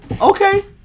okay